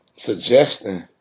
Suggesting